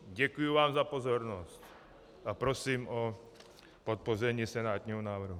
Děkuji vám za pozornost a prosím o podpoření senátního návrhu.